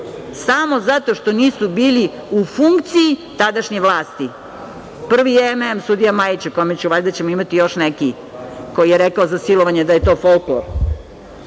Samo zato što nisu bili u funkciji tadašnje vlasti. Prvi je M.M, sudija Majić, valjda ćemo imati još neki koji je rekao za silovanje da je to folklor,